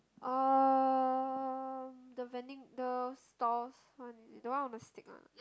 um the vending the stores one is it the one on the stick one